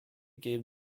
gave